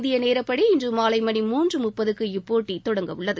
இந்திய நேரப்படி இன்று மாலை மணி மூன்று முப்பதுக்கு இப்போட்டி தொடங்கவுள்ளது